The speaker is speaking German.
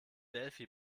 delphi